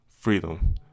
freedom